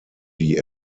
die